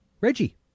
Reggie